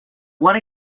one